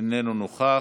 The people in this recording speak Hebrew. איננו נוכח,